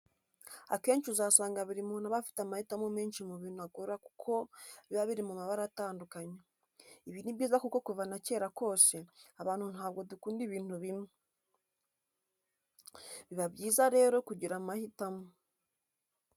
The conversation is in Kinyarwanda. Akenshi uzasanga buri muntu aba afite amahitamo menshi mu bintu agura kuko biba biri mu mabara atandukanye. Ibi ni byiza kuko kuva na kera kose, abantu ntabwo dukunda ibintu bimwe. Biba byiza rero kugira amahitamo.